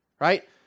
right